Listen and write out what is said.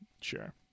Sure